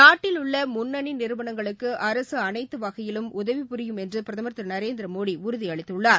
நாட்டில் உள்ள முன்னணி நிறுவனங்களுக்கு அரசு அனைத்து வகையிலும் உதவி புரியும் என்று பிரதமர் திரு நரேந்திர மோடி உறுதி அளித்துள்ளார்